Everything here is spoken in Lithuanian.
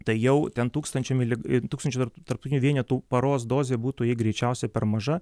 tai jau ten tūkstančio mili tūkstančio tarptautinių vienetų paros dozė būtų jai greičiausiai per maža